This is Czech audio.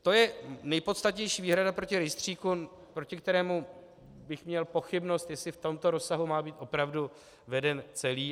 To je nejpodstatnější výhrada proti rejstříku, proti kterému bych měl pochybnost, jestli v tomto rozsahu má být opravdu veden celý.